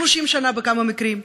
30 שנה בכמה מקרים,